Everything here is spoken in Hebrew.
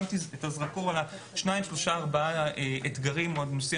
שמתי את הזרקור על ארבעה אתגרים ונושאים